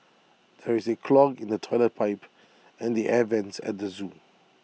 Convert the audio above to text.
there is A clog in the Toilet Pipe and the air Vents at the Zoo